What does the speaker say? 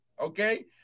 Okay